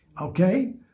Okay